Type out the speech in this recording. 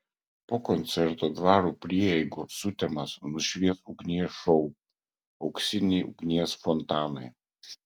po koncerto dvaro prieigų sutemas nušvies ugnies šou auksiniai ugnies fontanai